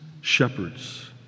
shepherds